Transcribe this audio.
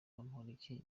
bamporiki